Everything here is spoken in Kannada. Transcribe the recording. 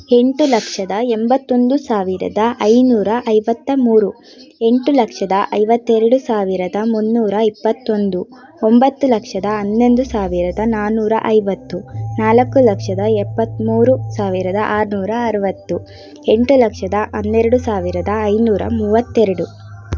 ಎಂಟು ಲಕ್ಷದ ಎಂಬತ್ತೊಂದು ಸಾವಿರದ ಐನೂರ ಐವತ್ತ ಮೂರು ಎಂಟು ಲಕ್ಷದ ಐವತ್ತೆರಡು ಸಾವಿರದ ಮೂನ್ನೂರ ಇಪ್ಪತ್ತೊಂದು ಒಂಬತ್ತು ಲಕ್ಷದ ಹನ್ನೊಂದು ಸಾವಿರದ ನಾನೂರ ಐವತ್ತು ನಾಲ್ಕು ಲಕ್ಷದ ಎಪ್ಪತ್ಮೂರು ಸಾವಿರದ ಆರುನೂರ ಅರುವತ್ತು ಎಂಟು ಲಕ್ಷದ ಹನ್ನೆರಡು ಸಾವಿರದ ಐನೂರ ಮೂವತ್ತೆರಡು